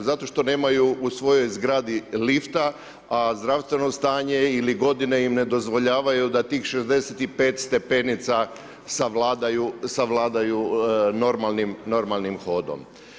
Zato što nemaju u svojoj zgradi lifta, a zdravstveno stanje ili godine im ne dozvoljavaju da tih 65 stepenica savladaju normalnim hodom.